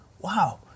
wow